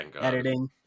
editing